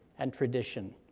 and tradition,